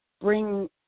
bring